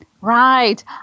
Right